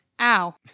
Ow